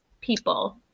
people